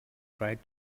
tried